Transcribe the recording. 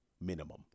minimum